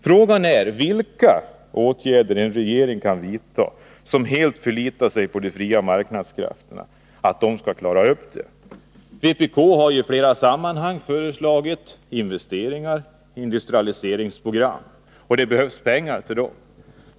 Frågan är vilka åtgärder en regering kan vidta som helt förlitar sig på att de s.k. fria marknadskrafterna skall klara upp det hela. Vpk har i flera sammanhang föreslagit investeringar och industrialiseringsprogram. Det behövs pengar till detta.